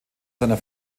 seiner